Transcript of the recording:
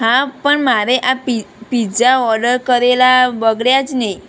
હા પણ મારે આ પીત્ઝા ઓડર કરેલા બગડ્યા જ ને